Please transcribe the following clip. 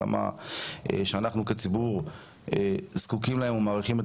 כמה שאנחנו כציבור זקוקים להם ומעריכים את